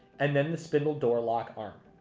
and then the spindle door lock arm.